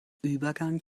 übergang